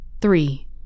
Three